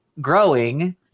growing